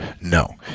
No